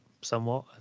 somewhat